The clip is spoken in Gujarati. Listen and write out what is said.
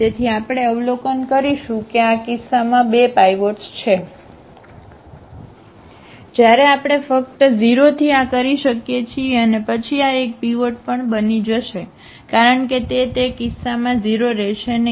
તેથી આપણે અવલોકન કરીશું કે આ કિસ્સામાં 2 પાઇવોટ્સ છે જ્યારે આપણે ફક્ત 0 થી આ કરી શકીએ છીએ અને પછી આ એક પીવોર્ટ પણ બની જશે કારણ કે તે તે કિસ્સામાં 0 રહેશે નહીં